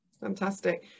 Fantastic